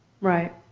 Right